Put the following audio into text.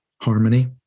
harmony